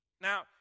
Now